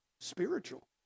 Spiritual